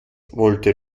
wollte